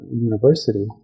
university